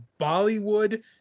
Bollywood